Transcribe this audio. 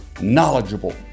knowledgeable